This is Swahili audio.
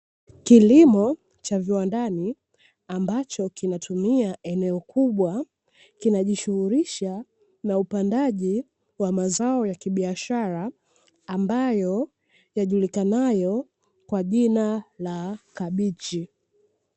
Kilimo cha viwandani ambacho kinatumia eneo kubwa, kinajishughulisha na upandaji wa mazao ya kibiashara ambayo yajulikanayo kwa jina la kabichi.